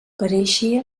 pareixia